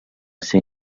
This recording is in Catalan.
ser